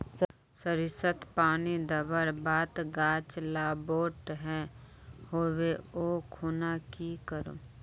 सरिसत पानी दवर बात गाज ला बोट है होबे ओ खुना की करूम?